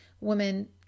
women